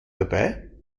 dabei